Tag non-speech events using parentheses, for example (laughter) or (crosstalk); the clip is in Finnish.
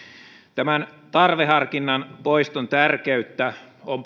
tämän tarveharkinnan poiston tärkeyttä on (unintelligible)